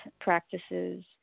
practices